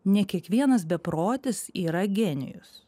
ne kiekvienas beprotis yra genijus